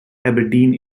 aberdeen